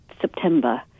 september